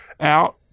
out